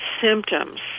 symptoms